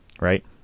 right